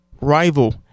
rival